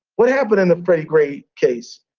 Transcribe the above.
what happened in the freddie gray case?